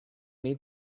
need